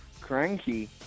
Cranky